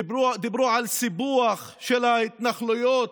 דיברו על סיפוח של ההתנחלויות,